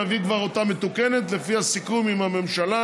נביא אותה מתוקנת לפי הסיכום עם הממשלה,